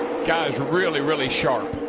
guy is really really sharp.